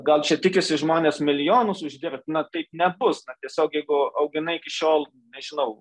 gal čia tikisi žmonės milijonus uždirbti na tai nebus na tiesiog jei tu auginai iki šiol nežinau